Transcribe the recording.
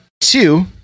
Two